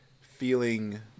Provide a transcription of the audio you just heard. feeling